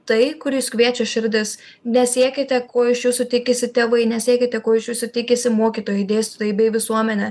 tai kur jus kviečia širdis nesiekite ko iš jūsų tikisi tėvai nesiekite ko iš jūsų tikisi mokytojai dėstytojai bei visuomenė